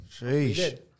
Sheesh